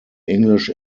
english